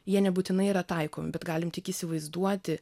jie nebūtinai yra taikomi bet galim tik įsivaizduoti